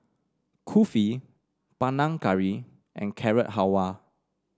Kulfi Panang Curry and Carrot Halwa